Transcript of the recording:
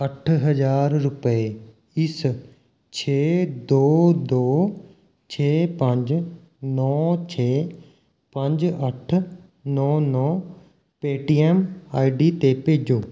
ਅੱਠ ਹਜ਼ਾਰ ਰੁਪਏ ਇਸ ਛੇ ਦੋ ਦੋ ਛੇ ਪੰਜ ਨੌਂ ਛੇ ਪੰਜ ਅੱਠ ਨੌਂ ਨੌਂ ਪੇਟੀਐੱਮ ਆਈ ਡੀ 'ਤੇ ਭੇਜੋ